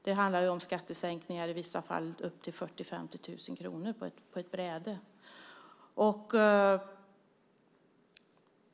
Det handlar i vissa fall om skattesänkningar på 40 000-50 000 kronor på ett bräde.